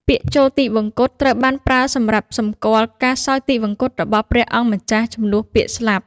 ពាក្យ ចូលទិវង្គត ត្រូវបានប្រើសម្រាប់សម្គាល់ការសោយទីវង្គតរបស់ព្រះអង្គម្ចាស់ជំនួសពាក្យ ស្លាប់។